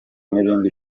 n’ibindi